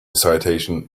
citation